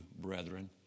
brethren